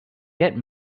get